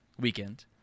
weekend